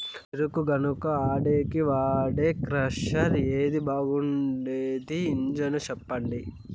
చెరుకు గానుగ ఆడేకి వాడే క్రషర్ ఏది బాగుండేది ఇంజను చెప్పండి?